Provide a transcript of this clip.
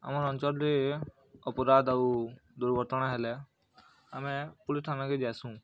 ଆମର ଅଞ୍ଚଳରେ ଅପରାଧ ଆଉ ଦୁର୍ଘଟଣା ହେଲେ ଆମେ ପୁଲିସ୍ ଥାନାକେ ଯାସୁଁ